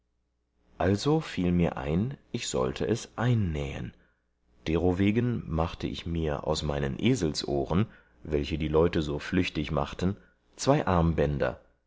also fiel mir ein ich sollte es einnähen derowegen machte ich mir aus meinen eselsohren welche die leute so flüchtig machten zwei armbänder